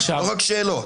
לא רק שאלות.